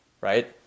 right